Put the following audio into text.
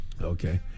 Okay